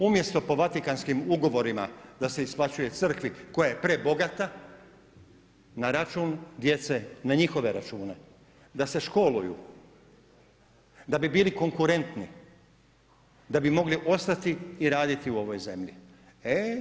Umjesto po Vatikanskim ugovorima da se isplaćuje crkvi koja je prebogata, na račun djece, na njihove račune, da se školuju, da bi bili konkurentni, da bi mogli ostati i raditi u ovoj zemlji.